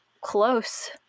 close